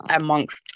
amongst